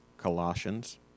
Colossians